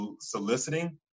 soliciting